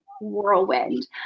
Whirlwind